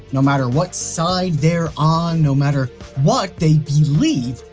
no matter what side they're on, no matter what they believe,